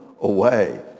away